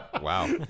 Wow